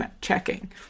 checking